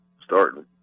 starting